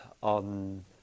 on